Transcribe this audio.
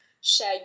share